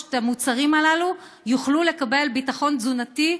את המוצרים הללו תוכל לקבל ביטחון תזונתי,